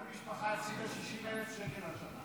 כל משפחה הפסידה 60,000 שקל השנה.